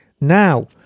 Now